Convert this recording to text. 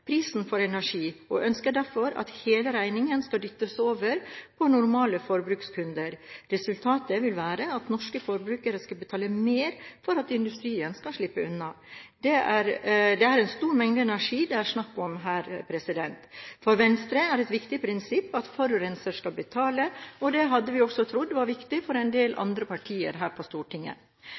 prisen for energi, og ønsker derfor at hele regningen skal dyttes over på normale forbrukskunder. Resultatet vil være at norske forbrukere skal betale mer for at industrien skal slippe unna. Det er en stor mengde energi det er snakk om her. For Venstre er det et viktig prinsipp at forurenser skal betale, og det hadde vi også trodd var viktig for en del andre partier her på Stortinget.